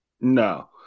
no